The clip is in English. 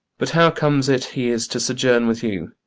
but how comes it he is to sojourn with you?